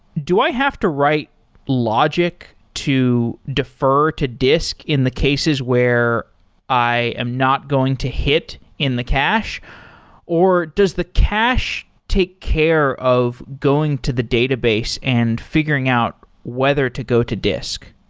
do i have to write logic to defer to disk in the cases where i am not going to hit in the cache or does the cache take care of going to the database and figuring out whether to go to disk?